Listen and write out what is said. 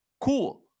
Cool